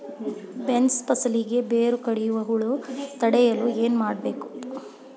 Beans ಫಸಲಿಗೆ ಬೇರು ಕಡಿಯುವ ಹುಳು ತಡೆಯಲು ಏನು ಮಾಡಬೇಕು?